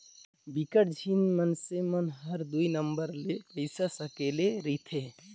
बिकट झिन मइनसे मन हर दुई नंबर ले पइसा सकेले रिथे